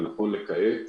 ונכון לכעת,